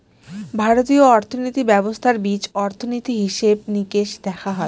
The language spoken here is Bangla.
ভারতীয় অর্থনীতি ব্যবস্থার বীজ অর্থনীতি, হিসেব নিকেশ দেখা হয়